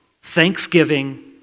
thanksgiving